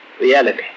reality